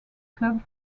club